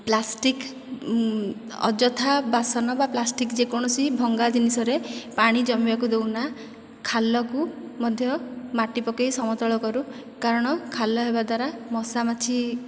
plastic ଅଯଥା ବାସନ ବା ପ୍ଲାଷ୍ଟିକ ଯେକୌଣସି ଭଙ୍ଗା ଜିନିଷରେ ପାଣି ଜମିବାକୁ ଦେଉନା ଖାଲକୁ ମଧ୍ୟ ମାଟି ପକେଇ ସମତଳ କରୁ କାରଣ ଖାଲ ହେବା ଦ୍ୱାରା ମଶା ମାଛି